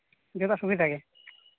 ᱡᱚᱛᱚ ᱥᱩᱵᱤᱫᱟ ᱜᱮ